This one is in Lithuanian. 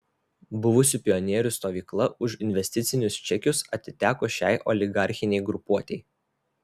buvusių pionierių stovykla už investicinius čekius atiteko šiai oligarchinei grupuotei